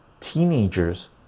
teenagers